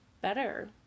better